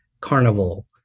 carnival